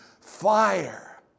fire